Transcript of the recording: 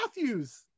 Matthews